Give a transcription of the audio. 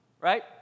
right